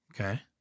Okay